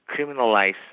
criminalize